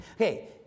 Okay